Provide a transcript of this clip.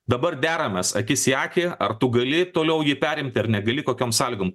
dabar deramės akis į akį ar tu gali toliau jį perimti ar negali kokiom sąlygom